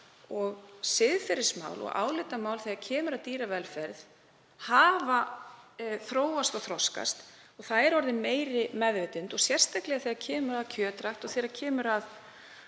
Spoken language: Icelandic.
og siðferðismál og álitamál þegar kemur að dýravelferð hafa þróast og þroskast. Það er orðin meiri meðvitund, sérstaklega þegar kemur að kjötrækt og þegar kemur að